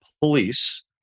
police